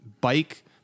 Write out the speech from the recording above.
bike